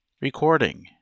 Recording